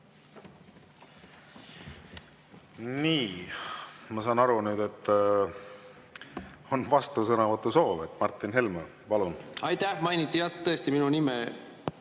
Nii. Ma saan aru, et on vastusõnavõtu soov. Martin Helme, palun! Aitäh! Mainiti jah tõesti minu nime.